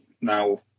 now